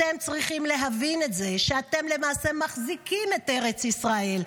אתם צריכים להבין את זה שאתם למעשה מחזיקים את ארץ ישראל.